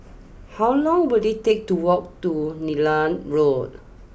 how long will it take to walk to Neram Road